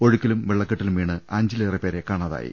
ഒഴുക്കിലും വെള്ളക്കെട്ടിലും വീണ് അഞ്ചി ലേറെ പേരെ കാണാതായി